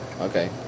okay